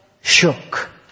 shook